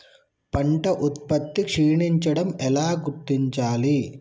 పంట ఉత్పత్తి క్షీణించడం ఎలా గుర్తించాలి?